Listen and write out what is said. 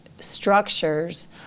structures